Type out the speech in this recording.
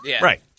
Right